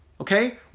okay